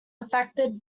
affected